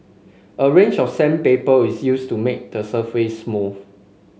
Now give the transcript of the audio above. a range of sandpaper is used to make the surface smooth